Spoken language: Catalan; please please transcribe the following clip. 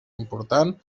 important